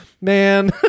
Man